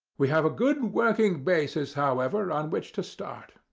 we have a good working basis, however, on which to start.